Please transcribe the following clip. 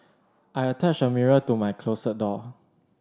I attached a mirror to my closet door